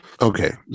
Okay